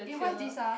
eh what's this ah